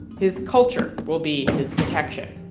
his culture will be his protection